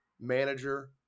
manager